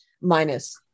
minus